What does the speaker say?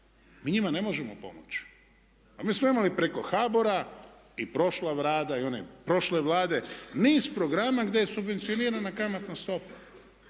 mi njima ne možemo pomoći. A mi smo imali preko HBOR-a i prošla Vlada i one prošle Vlade niz programa gdje je subvencionirana kamatna stopa.